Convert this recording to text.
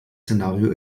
szenario